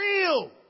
real